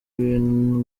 ibintu